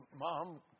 Mom